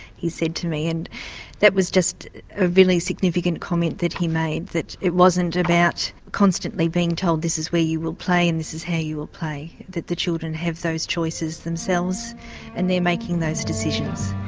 he said to me, and that was just a really significant comment that he made, that it wasn't about constantly being told this is where you will play and this is how you will play, that the children have those choices themselves and they're making those decisions.